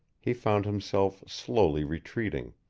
he found himself slowly retreating.